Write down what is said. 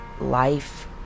life